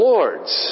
Lord's